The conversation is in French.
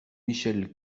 michel